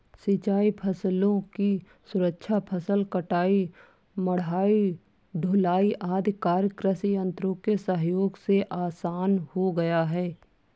सिंचाई फसलों की सुरक्षा, फसल कटाई, मढ़ाई, ढुलाई आदि कार्य कृषि यन्त्रों के सहयोग से आसान हो गया है